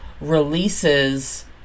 releases